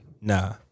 Nah